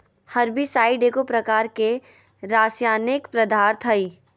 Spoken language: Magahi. हर्बिसाइड एगो प्रकार के रासायनिक पदार्थ हई